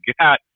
got